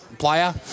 player